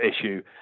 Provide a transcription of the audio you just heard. issue